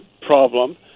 problem